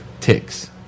ticks